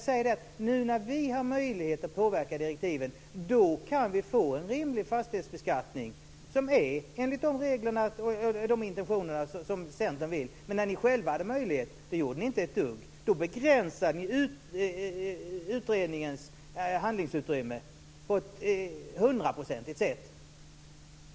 Nu när vi har möjlighet att påverka direktiven kan vi få en rimlig fastighetsbeskattning enligt de intentioner som Centern har. Men när ni själva hade möjlighet gjorde ni inte ett dugg. Då begränsade ni utredningens handlingsutrymme till hundra procent.